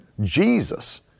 Jesus